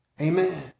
Amen